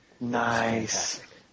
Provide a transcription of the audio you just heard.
Nice